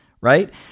right